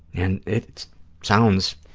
and it sounds